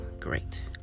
great